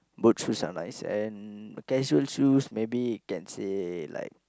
boot shoes are nice and casual shoes maybe can say like